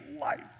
life